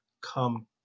come